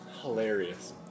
Hilarious